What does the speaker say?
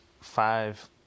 five